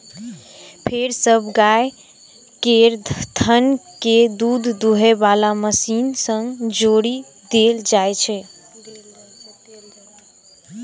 फेर सब गाय केर थन कें दूध दुहै बला मशीन सं जोड़ि देल जाइ छै